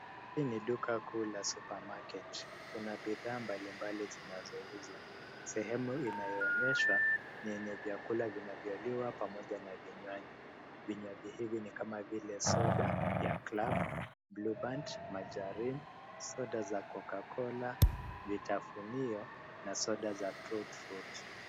Hii ni duka kuu la supermarket . Kuna bidhaa mbalimbali zinazouzwa. Sehemu inayoonyeshwa ni yenye vyakula vinavyoliwa pamoja na vinywaji. Vinywaji hivi ni kama vile soda ya Klub, Blueband margarine , soda za Coca cola, vitafunio na soda za Tru-fruit.